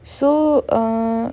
so err